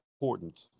important